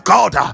God